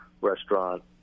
restaurant